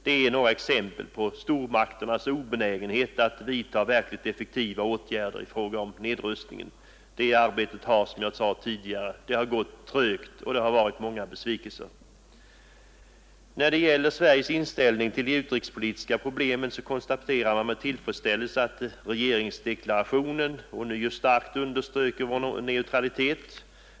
Det är några exempel på stormakternas obenägenhet att vidta verkligt effektiva åtgärder i fråga om nedrustningen. Det arbetet har, som jag sade tidigare, gått trögt och medfört många besvikelser. När det gäller Sveriges inställning till de utrikespolitiska problemen konstaterar man med tillfredsställelse att regeringsdeklarationen ånyo starkt understryker vår neutralitet.